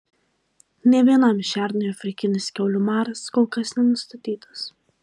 nė vienam šernui afrikinis kiaulių maras kol kas nenustatytas